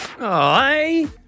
Aye